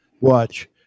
Watch